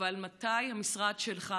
אבל מתי המשרד שלך,